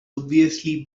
obviously